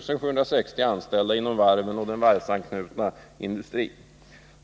760 anställda inom varven och den varvsanknutna industrin.